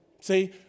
See